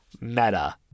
Meta